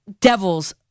Devil's